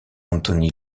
anthony